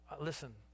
Listen